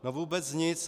No vůbec nic.